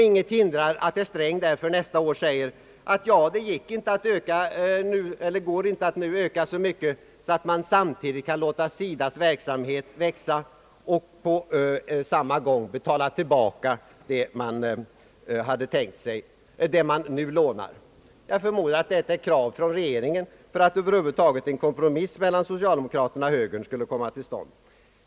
Inget hindrar således att finansminister Sträng nästa år säger: Det går inte att nu öka medelstilldelningen så mycket att vi både kan låta SIDA:s verksamhet växa ut och samtidigt betala tillbaka den lånade summan. Jag förmodar att tystnaden på denna punkt varit ett krav från regeringen för att över huvud taget en kompromiss mellan socialdemokraterna och högern skulle komma till stånd.